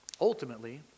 ultimately